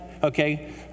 Okay